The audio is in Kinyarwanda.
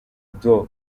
doe